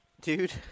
dude